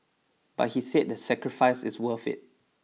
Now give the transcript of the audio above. but he said the sacrifice is worth it